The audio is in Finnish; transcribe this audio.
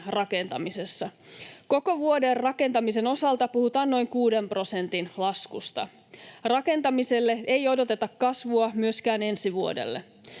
rakentamisessa. Koko vuoden rakentamisen osalta puhutaan noin kuuden prosentin laskusta. Rakentamiselle ei odoteta kasvua myöskään ensi vuodelle.